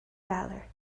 valor